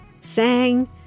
sang